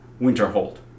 Winterhold